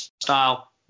style